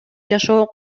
жашоо